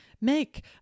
make